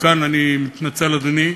מכאן אני מתנצל, אדוני,